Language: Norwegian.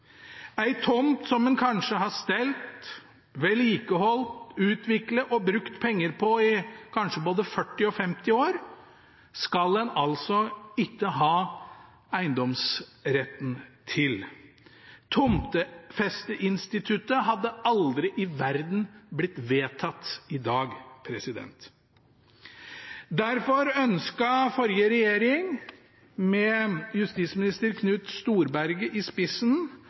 Ei tomt som en kanskje har stelt, vedlikeholdt, utviklet og brukt penger på i kanskje både 40 og 50 år, skal en altså ikke ha eiendomsretten til. Tomtefesteinstituttet hadde aldri i verden blitt vedtatt i dag. Derfor ønsket forrige regjering, med justisminister Knut Storberget i spissen,